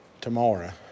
tomorrow